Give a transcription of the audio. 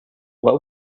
what